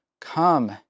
Come